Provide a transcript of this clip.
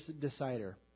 decider